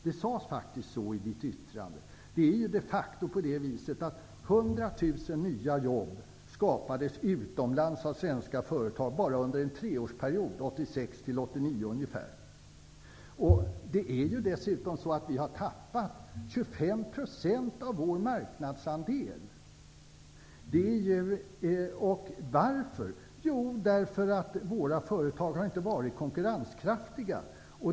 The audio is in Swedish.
Lars Bäckström sade faktiskt det i sitt anförande. Ca 100 000 nya jobb skapades ju de facto utomlands av svenska företag under bara tre år, 1986--1989. Vi har dessutom tappat 25 % av vår marknadsandel. Varför? Jo, därför att våra företag inte har varit konkurrenskraftiga.